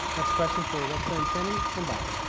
next question for a representative cheney, from bob.